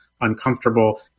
uncomfortable